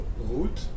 route